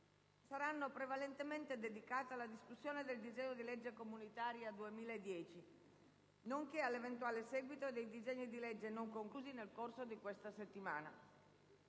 saranno prevalentemente dedicate alla discussione del disegno di legge comunitaria 2010, nonché all'eventuale seguito dei disegni di legge non conclusi nel corso di questa settimana.